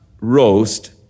roast